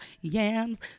Yams